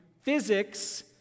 physics